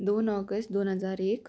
दोन ऑगस्ट दोन हजार एक